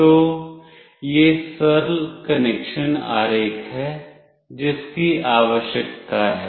तो यह सरल कनेक्शन आरेख है जिसकी आवश्यकता है